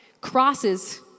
crosses